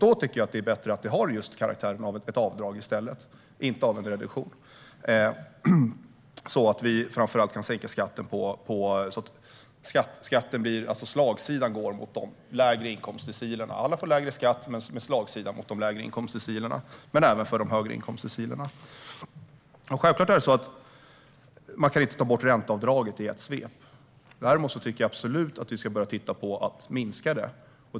Jag tycker att det är bättre att det har karaktären av ett avdrag i stället, inte en reduktion, så att slagsidan går mot de lägre inkomstdecilerna. Alla får lägre skatt, men det blir en slagsida mot de lägre inkomstdecilerna, men även de högre inkomstdecilerna. Självfallet kan man inte ta bort ränteavdraget i ett svep. Däremot tycker jag absolut att vi ska börja titta på att minska det.